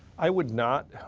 i would not.